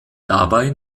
dabei